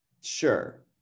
sure